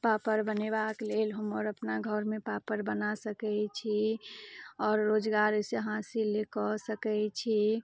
पापड़ बनेबाक लेल हम आर अपना घरमे पापड़ बना सकैत छी आओर रोजगार अइ से हासिल कऽ सकै छी